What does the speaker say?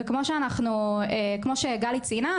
כמו שגלי ציינה,